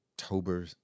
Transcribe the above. October